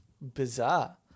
bizarre